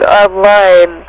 online